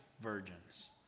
virgins